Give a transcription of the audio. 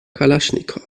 kalaschnikow